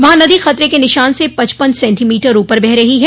वहां नदी खतरे के निशान से पचपन सेंटीमीटर ऊपर बह रही है